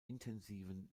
intensiven